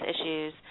issues